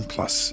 Plus